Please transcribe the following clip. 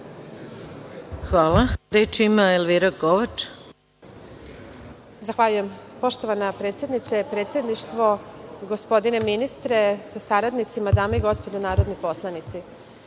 Izvolite. **Elvira Kovač** Zahvaljujem. Poštovana predsednice, predsedništvo, gospodine ministre sa saradnicima, dame i gospodo narodni poslanici,